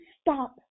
stop